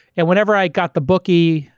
and whenever i got the bookie,